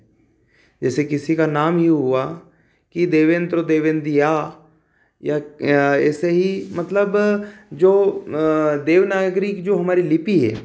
जैसे किसी का नाम ही हुआ कि देवेंद देवेंदिया या का ऐसे ही मतलब जो देवनागरी की जो हमारी लिपि है